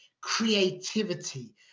creativity